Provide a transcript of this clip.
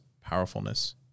powerfulness